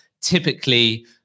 typically